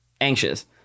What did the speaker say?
anxious